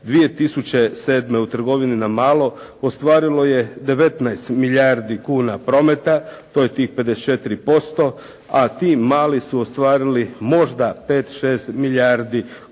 2007. u trgovini na malo, ostvarilo je 19 milijardi kuna prometa, to je tih 54%, a ti mali su ostvarili možda 5-6 milijardi kuna